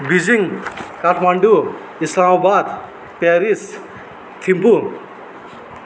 Beijing Kathmandu Islamabad Paris Thimphu